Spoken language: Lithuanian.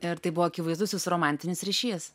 ir tai buvo akivaizdus jūsų romantinis ryšys